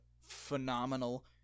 phenomenal